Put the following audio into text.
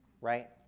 right